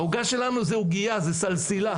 העוגה שלנו זה עוגייה, זה סלסילה.